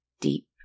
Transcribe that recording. deep